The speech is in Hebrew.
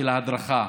של ההדרכה,